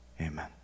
amen